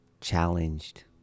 challenged